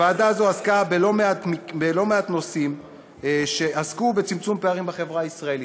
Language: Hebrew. הוועדה הזאת עסקה בלא מעט נושאים שקשורים בצמצום פערים בחברה הישראלית.